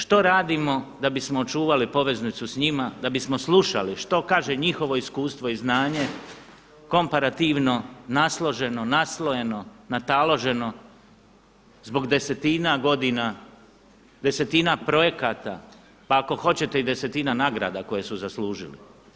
Što radimo da bismo očuvali poveznicu s njima, da bismo slušali što kaže njihovo iskustvo i znanje, komparativno nasloženo, naslojeno, nataloženo, zbog desetina godina, desetina projekata, pa ako hoćete i desetina nagrada koje su zaslužili.